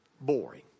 boring